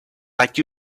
like